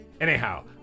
Anyhow